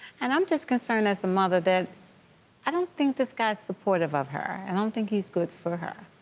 and i'm just concerned as a mother, that i don't think this guy is supportive of her. and i don't think he's good for her.